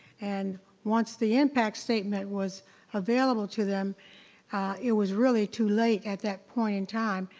and once the impact statement was available to them it was really too late at that point in time.